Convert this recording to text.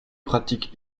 pratiques